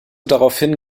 daraufhin